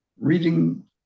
Reading